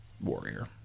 Warrior